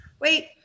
Wait